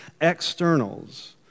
externals